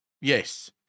Yes